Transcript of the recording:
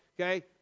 okay